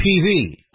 TV